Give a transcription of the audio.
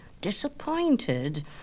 Disappointed